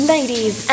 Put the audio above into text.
Ladies